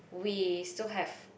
we still have